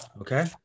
Okay